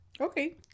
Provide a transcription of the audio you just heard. Okay